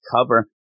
cover